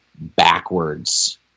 backwards